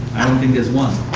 i don't think there's one.